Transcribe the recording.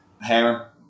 Hammer